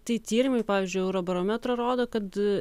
tai tyrimai pavyzdžiui eurobarometro rodo kad